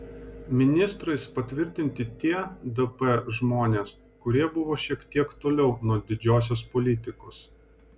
ministrais patvirtinti tie dp žmonės kurie buvo šiek tiek toliau nuo didžiosios politikos